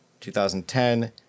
2010